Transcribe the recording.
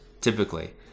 typically